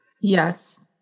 Yes